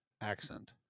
accent